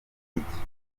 politiki